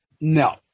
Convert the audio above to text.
No